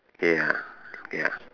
ya ya